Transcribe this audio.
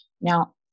Now